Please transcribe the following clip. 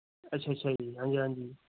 ਅੱਛਾ ਅੱਛਾ ਜੀ ਹਾਂਜੀ ਹਾਂਜੀ